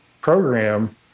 program